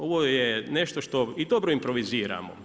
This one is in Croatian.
Ovo je nešto što i dobro improviziramo.